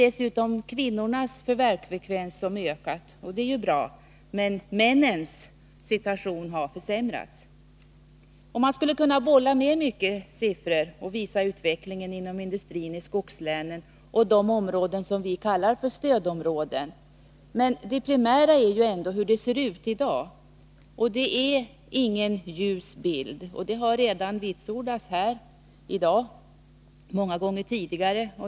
Dessutom har kvinnornas förvärvsfrekvens ökat, medan däremot männens situation har försämrats. Man skulle kunna bolla med många siffror och visa utvecklingen inom industrin i skogslänen och de områden som vi kallar stödområden, men det primära är ju ändå hur det ser ut i dag. Det är ingen ljus bild, och det har redan vitsordats här i dag och många gånger tidigare.